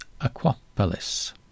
Aquapolis